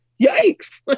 yikes